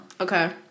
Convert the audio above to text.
Okay